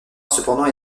cependant